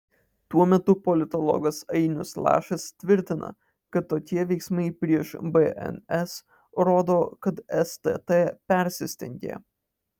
tuo metu politologas ainius lašas tvirtina kad tokie veiksmai prieš bns rodo kad stt persistengė